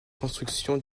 constitution